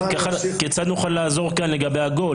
כיצד נוכל לעזור כאן לגבי ה-GO?